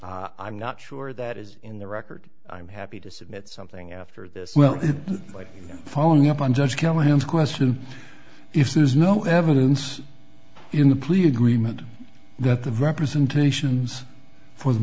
i'm not sure that is in the record i'm happy to submit something after this well by following up on judge callahan's question if there's no evidence in the plea agreement that the representations for the